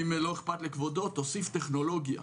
אדוני סגן השרה, תוסיף טכנולוגיה.